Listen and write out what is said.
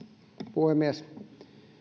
puhemies